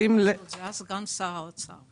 זה היה סגן שר האוצר.